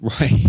right